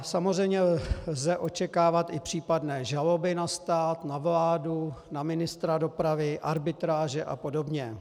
Samozřejmě lze očekávat i případné žaloby na stát, na vládu, na ministra dopravy, arbitráže a podobně.